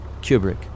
Kubrick